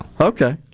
Okay